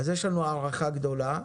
יש לנו הערכה גדולה,